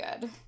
good